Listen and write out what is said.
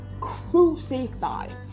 Crucified